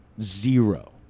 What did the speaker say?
Zero